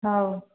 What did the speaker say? ହଉ